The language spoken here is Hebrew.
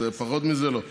פחות מזה, לא.